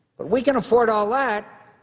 but we can afford all that,